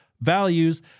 values